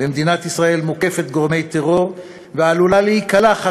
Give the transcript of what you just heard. ומדינת ישראל מוקפת גורמי טרור ועלולה להיקלע,